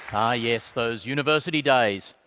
ah yes, those university days,